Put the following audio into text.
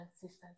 sisters